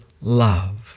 love